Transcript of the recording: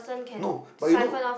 no but you know